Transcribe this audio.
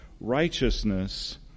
righteousness